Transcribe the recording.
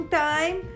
time